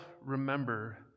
remember